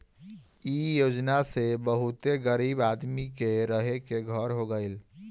इ योजना से बहुते गरीब आदमी के रहे के घर हो गइल